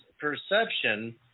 perception